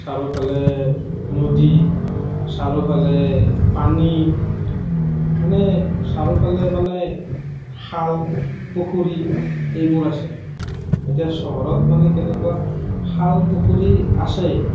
চাৰিওফালে নদী চাৰিওফালে পানী মানে চাৰিওফালে মানে খাল পুখুৰী এইবোৰ আছে এতিয়া চহৰত মানে কেনেকুৱা খাল পুখুৰী আছেই